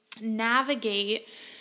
navigate